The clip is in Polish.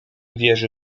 wierzy